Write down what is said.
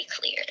clear